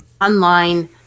online